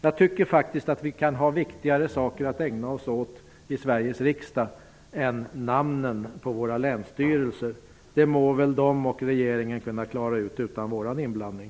Jag tycker vi kan ägna oss åt viktigare saker i Sveriges riksdag än namnen på våra länsstyrelser. Det må väl de och regeringen kunna klara ut utan vår inblandning.